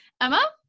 emma